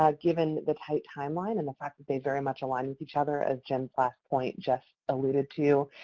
ah given the tight timeline and the fact that they very much align with each other, as jim's last point just alluded to,